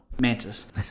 Mantis